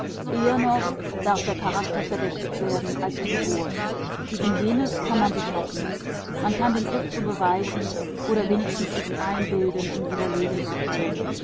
eher noch darf der charakter verdächtigt werden als die geburt gegen jenes kann man sich retten man kann den irrtum beweisen oder wenigstens sich einbilden ihn widerlegen zu können